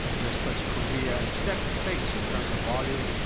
this puts korea in sixth place in terms of volume.